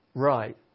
Right